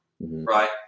right